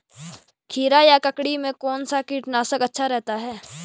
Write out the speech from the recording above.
खीरा या ककड़ी में कौन सा कीटनाशक अच्छा रहता है?